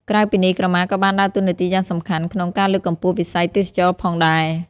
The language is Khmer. ក្រៅពីនេះ ក្រមាក៏បានដើរតួនាទីយ៉ាងសំខាន់ក្នុង ការលើកកម្ពស់វិស័យទេសចរណ៍ផងដែរ។